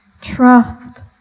Trust